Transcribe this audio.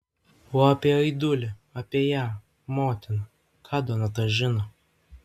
o apie aidulį apie ją motiną ką donata žino